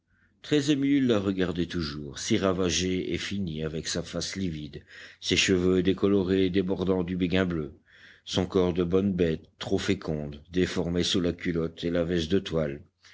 très ému il la regardait toujours si ravagée et finie avec sa face livide ses cheveux décolorés débordant du béguin bleu son corps de bonne bête trop féconde déformée sous la culotte et la veste de toile